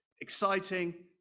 exciting